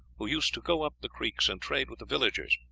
who used to go up the creeks, and trade with the villagers.